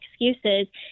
excuses